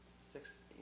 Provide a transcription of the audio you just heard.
six